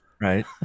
Right